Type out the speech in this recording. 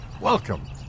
welcome